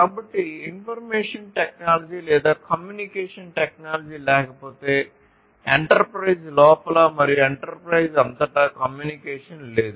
కాబట్టి information technology లేదా communication technology లేకపోతే ఎంటర్ప్రైజ్ లోపల మరియు ఎంటర్ప్రైజెస్ అంతటా కమ్యూనికేషన్ లేదు